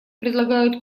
предлагают